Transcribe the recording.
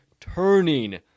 turning